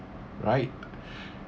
right